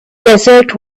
desert